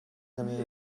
замын